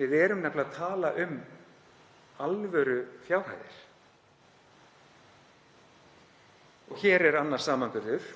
Við erum nefnilega að tala um alvörufjárhæðir. Hér er annar samanburður.